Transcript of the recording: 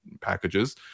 packages